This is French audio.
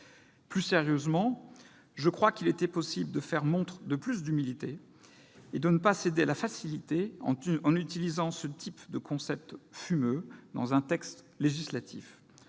Plus sérieusement, je crois qu'il était possible de faire montre de plus d'humilité et de ne pas céder à la facilité en utilisant ce type de concept fumeux dans un texte législatif.